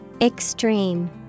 Extreme